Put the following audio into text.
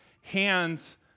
Hands